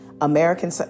American